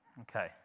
Okay